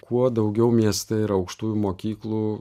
kuo daugiau mieste yra aukštųjų mokyklų